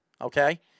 okay